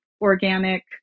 organic